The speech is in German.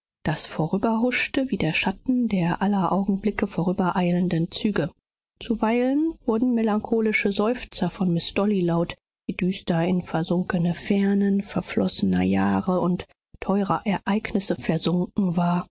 das vorüberhuschte wie der schatten der aller augenblicke vorübereilenden züge zuweilen wurden melancholische seufzer von miß dolly laut die düster in versunkene fernen verflossener jahre und teurer ereignisse versunken war